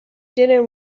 didn’t